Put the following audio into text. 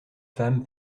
femme